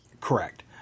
Correct